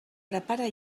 prepara